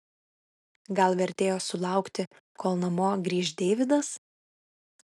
gal vertėjo sulaukti kol namo grįš deividas